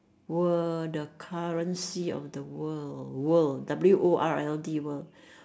were the currency of the world world W O R L D world